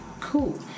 Cool